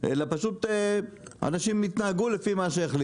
אלא פשוט אנשים יתנהגו לפי מה שהחליטו,